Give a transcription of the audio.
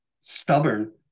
stubborn